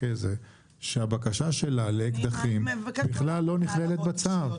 שהבקשה שלה לאקדחים בכלל לא נכללת בצו.